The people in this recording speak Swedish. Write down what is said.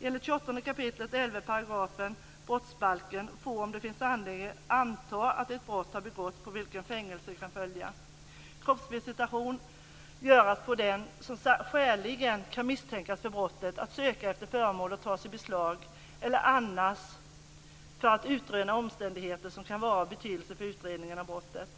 Enligt 28 kap. 11 § rättegångsbalken får, om det finns anledning att anta att ett brott har begåtts på vilket fängelse kan följa, kroppsvisitation göras på den som skäligen kan misstänkas för brottet för att söka efter föremål som kan tas i beslag eller annars för att utröna omständigheter som kan vara av betydelse för utredning av brottet.